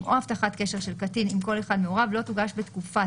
או הבטחת קשר של קטין עם כל אחד מהוריו לא תוגש בתקופת